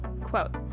Quote